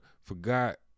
forgot